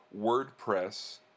wordpress